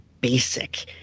basic